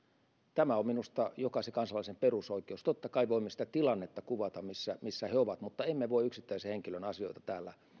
tämä on minusta jokaisen kansalaisen perusoikeus totta kai voimme kuvata sitä tilannetta missä he ovat mutta emme voi yksittäisen henkilön asioita täällä